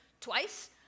twice